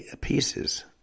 pieces